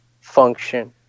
function